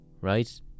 right